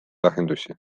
lahendusi